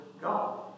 God